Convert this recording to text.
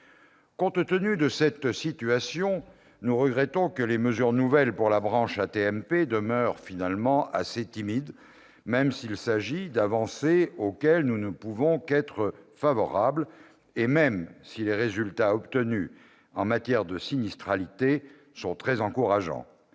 Compte tenu de cette situation, nous regrettons que les mesures nouvelles pour la branche AT-MP demeurent finalement assez timides, même s'il s'agit d'avancées auxquelles nous ne pouvons qu'être favorables et même si les résultats obtenus en matière de sinistralité sont très encourageants.